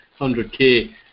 100k